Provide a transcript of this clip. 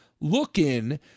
look-in